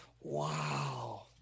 Wow